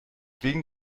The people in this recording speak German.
wegen